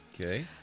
okay